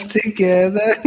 together